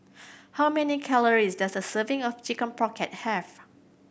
how many calories does a serving of Chicken Pocket have